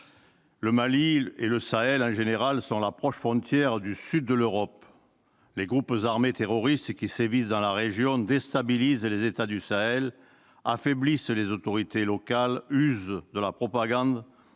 Le Mali et le Sahel, en général, sont la proche frontière du sud de l'Europe. Les groupes armés terroristes qui sévissent dans la région déstabilisent les États du Sahel, affaiblissent les autorités locales, usent de la propagande